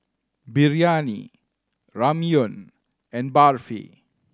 Biryani Ramyeon and Barfi